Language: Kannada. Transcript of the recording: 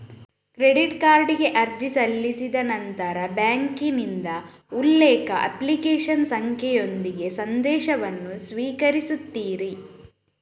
ಕ್ರೆಡಿಟ್ ಕಾರ್ಡಿಗೆ ಅರ್ಜಿ ಸಲ್ಲಿಸಿದ ನಂತರ ಬ್ಯಾಂಕಿನಿಂದ ಉಲ್ಲೇಖ, ಅಪ್ಲಿಕೇಶನ್ ಸಂಖ್ಯೆಯೊಂದಿಗೆ ಸಂದೇಶವನ್ನು ಸ್ವೀಕರಿಸುತ್ತೀರಿ